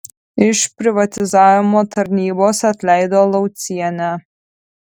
iš privatizavimo tarnybos atleido laucienę